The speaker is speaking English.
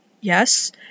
Yes